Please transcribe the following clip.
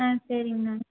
ஆ சரிங்ண்ணா